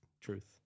truth